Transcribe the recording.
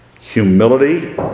Humility